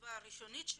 התגובה הראשונית שלה,